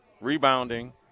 Rebounding